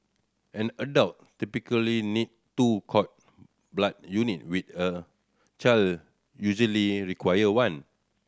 an adult typically need two cord blood unit with a child usually require one